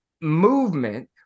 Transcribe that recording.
movement